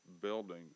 building